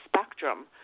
spectrum